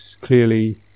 clearly